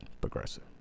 Progressive